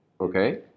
Okay